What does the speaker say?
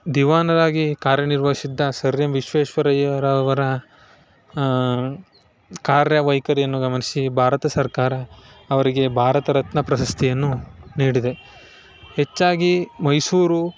ದಿವಾನರಾಗಿ ಕಾರ್ಯ ನಿರ್ವಹಿಸಿದ್ದ sir M ವಿಶ್ವೇಶ್ವರಯ್ಯನವರ ಕಾರ್ಯ ವೈಖರಿಯನ್ನು ಗಮನಿಸಿ ಭಾರತ ಸರ್ಕಾರ ಅವರಿಗೆ ಭಾರತ ರತ್ನ ಪ್ರಶಸ್ತಿಯನ್ನು ನೀಡಿದೆ ಹೆಚ್ಚಾಗಿ ಮೈಸೂರಿ